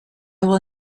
will